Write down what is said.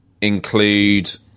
include